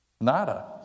Nada